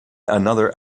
another